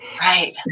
Right